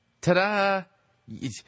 Ta-da